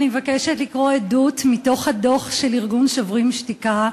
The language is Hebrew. אני מבקשת לקרוא עדות מתוך הדוח של ארגון "שוברים שתיקה"